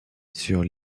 sur